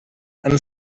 and